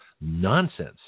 nonsense